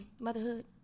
motherhood